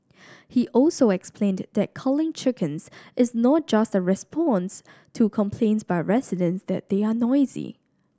he also explained that culling chickens is not just a response to complaints by residents that they are noisy